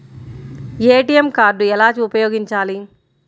ATM card ఎలా ఉపయోగించాలి?